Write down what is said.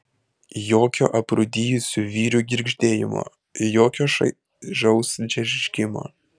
jokio aprūdijusių vyrių girgždėjimo jokio šaižaus džeržgimo